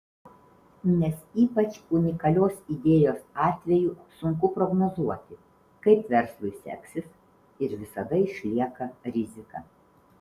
nes ypač unikalios idėjos atveju sunku prognozuoti kaip verslui seksis ir visada išlieka rizika